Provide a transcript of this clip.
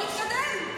אז, ונתקדם.